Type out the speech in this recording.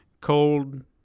cold